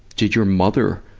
did your mother,